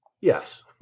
Yes